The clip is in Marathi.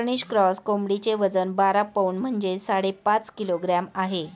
कॉर्निश क्रॉस कोंबडीचे वजन बारा पौंड म्हणजेच साडेपाच किलोग्रॅम आहे